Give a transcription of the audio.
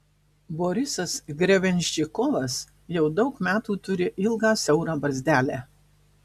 borisas grebenščikovas jau daug metų turi ilgą siaurą barzdelę